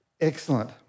Excellent